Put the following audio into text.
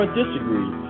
disagree